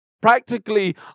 Practically